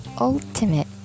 ultimate